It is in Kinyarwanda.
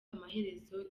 amaherezo